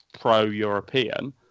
pro-European